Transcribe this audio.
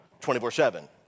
24-7